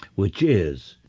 which is,